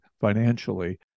financially